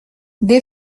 des